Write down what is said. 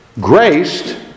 graced